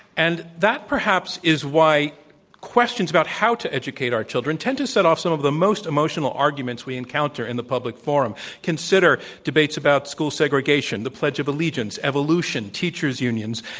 and that perhaps is why questions about how to educate our children tend to set off some of the most emotional arguments we encounter in the public forum. consider debates about school segregation, the pledge of allegiance, evolution, teachers' unions.